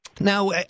Now